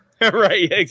Right